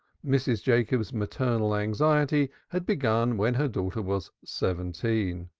mrs. jacobs's maternal anxiety had begun when her daughter was seventeen.